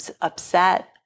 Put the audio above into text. upset